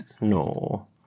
no